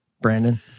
Brandon